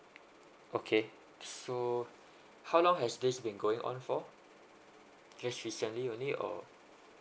okay so how long has this been going on for just recently only or